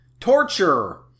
Torture